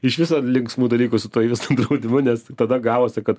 iš viso linksmų dalykų su visu draudimu nes tada gavosi kad